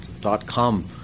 dot-com